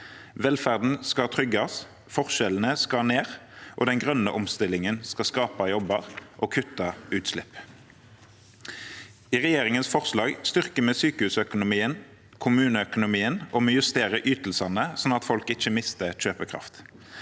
Velferden skal trygges, forskjellene skal ned, og den grønne omstillingen skal skape jobber og kutte utslipp. I regjeringens forslag styrker vi sykehusøkonomien og kommuneøkonomien, og vi justerer ytelsene sånn at folk ikke mister kjøpekraft.